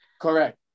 Correct